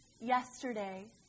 yesterday